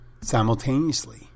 Simultaneously